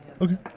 Okay